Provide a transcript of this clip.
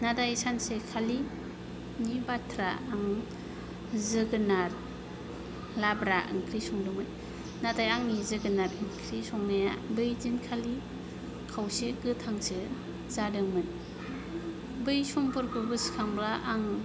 नाथाय सानसेखालिनि बाथ्रा आं जोगोनार लाब्रा ओंख्रि संदोंमोन नाथाय आंनि जोगोनार ओंख्रि संनाया बै दिनखालि खावसे गोथांसो जादोंमोन बै समफोरखौ गोसोखांब्ला आं